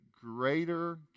greater